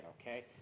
okay